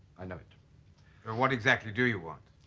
i know it well what exactly do you want?